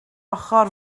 ochr